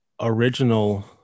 Original